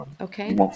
Okay